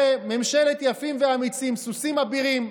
וממשלת יפים ואמצים, סוסים אבירים.